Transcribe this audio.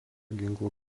ginklų